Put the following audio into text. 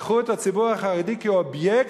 לקחו את הציבור החרדי כאובייקט,